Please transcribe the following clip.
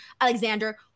Alexander